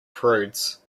prudes